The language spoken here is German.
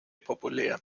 populär